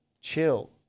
Chill